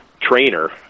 Trainer